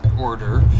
order